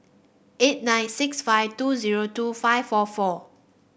eight nine six five two zero two five four four